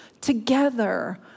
together